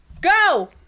go